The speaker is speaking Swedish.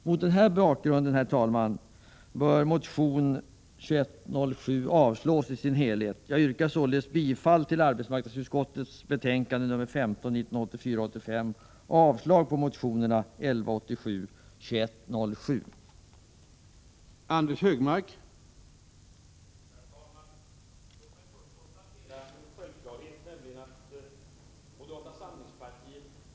Mot denna bakgrund, herr talman, bör motion 1984 85:15 och avslag på de två motionerna 1984 85:2107.